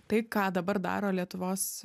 tai ką dabar daro lietuvos